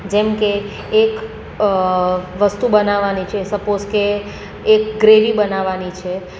જેમકે એક વસ્તુ બનાવવાની છે સપોસ કે એક ગ્રેવી બનાવવાની છે